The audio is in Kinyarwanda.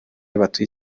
batuye